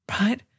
right